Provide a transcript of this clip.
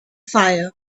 fire